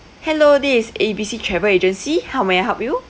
hello this is A B C travel agency how may I help you